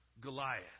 Goliath